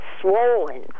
swollen